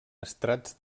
estrats